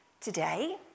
today